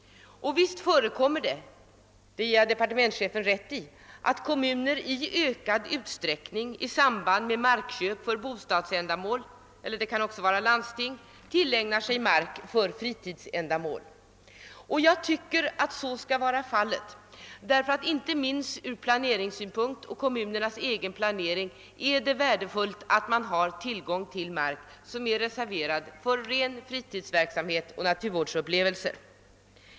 Visst förekommer det — det ger jag departementschefen rätt i — att kommuner eller landsting i ökad utsträckning i samband med markköp för bostadsändamål tillägnar sig mark för fritidsändamål. Och jag tycker att så skall vara fallet. Inte minst ur planeringssynpunkt är det värdefullt att man har tillgång till mark som är reserverad för fritidsverksamhet och naturupplevelser.